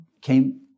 came